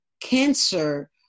cancer